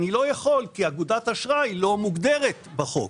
אני לא יכול כי אגודת אשראי לא מוגדרת בחוק.